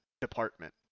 department